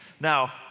Now